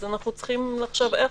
אז אנחנו צריכים לחשוב איך,